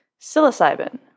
psilocybin